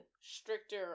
stricter